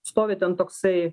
stovi ten toksai